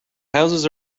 houses